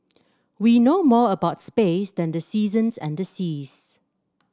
we know more about space than the seasons and the seas